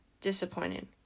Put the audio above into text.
disappointed